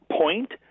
point